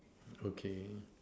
okay